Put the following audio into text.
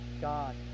God